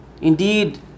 Indeed